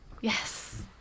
Yes